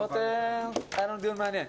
היה לנו דיון מעניין.